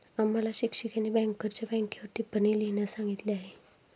आम्हाला शिक्षिकेने बँकरच्या बँकेवर टिप्पणी लिहिण्यास सांगितली आहे